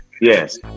yes